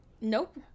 Nope